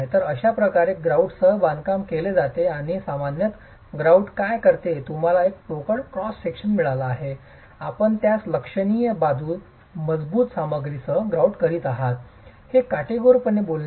तर अशाप्रकारे ग्रॉउटसह बांधकाम केले जाते आणि सामान्यत ग्रॉउट काय करते तुम्हाला एक पोकळ क्रॉस सेक्शन मिळाला आहे आपण त्यास लक्षणीय मजबूत सामग्रीसह ग्रॉउट करीत आहात हे काटेकोरपणे बोलणे आहे